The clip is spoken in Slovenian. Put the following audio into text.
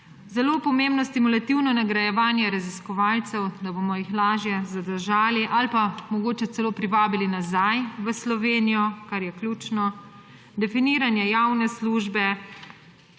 zelo pomembno je stimulativno nagrajevanje raziskovalcev, da jih bomo lažje zadržali ali pa mogoče celo privabili nazaj v Slovenijo, kar je ključno; definiranje javne službe